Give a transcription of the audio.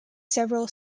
several